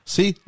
See